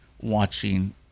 watching